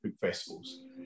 festivals